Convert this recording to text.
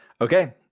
Okay